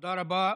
תודה רבה.